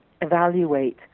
evaluate